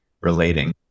relating